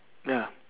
ya